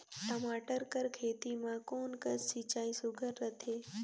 टमाटर कर खेती म कोन कस सिंचाई सुघ्घर रथे?